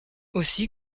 aussi